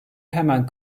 hemen